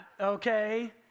okay